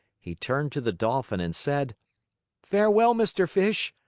he turned to the dolphin and said farewell, mr. fish.